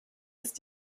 ist